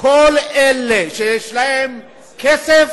שכל אלה שיש להם כסף,